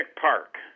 Park